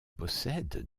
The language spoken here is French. possède